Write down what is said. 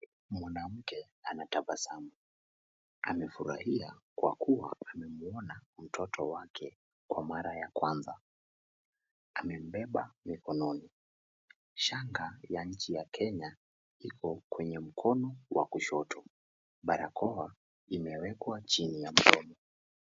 Mwanamke anatabasamu amefurahia kwa kuwa amemuona mtoto wake kwa mara ya kwanza. Amembeba mikononi, shanga ya nchi ya kenya iko kwenye mkono wa kushoto. Barakoa imewekwa chini ya mdomo.